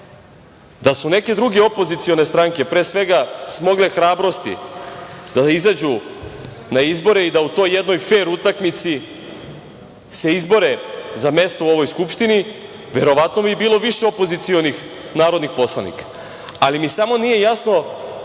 Da su neke druge opozicione stranke, pre svega smogle hrabrosti da izađu na izbore i da u toj jednoj fer utakmici se izbore za mesto u ovoj Skupštini, verovatno bi bilo više opozicionih narodnih poslanika. Samo mi nije jasna